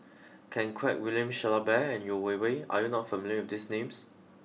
Ken Kwek William Shellabear and Yeo Wei Wei are you not familiar with these names